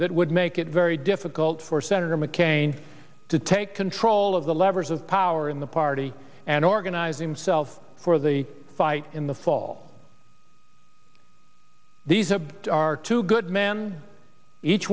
that would make it very difficult for senator mccain to take control of the levers of power in the party and organize themselves for the fight in the fall these are are two good men each